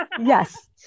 Yes